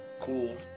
cool